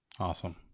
Awesome